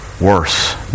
worse